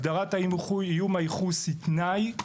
הגדרת איום הייחוס היא תנאי,